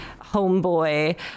homeboy